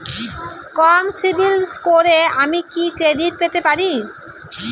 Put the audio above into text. কম CIBIL স্কোরে কি আমি ক্রেডিট পেতে পারি?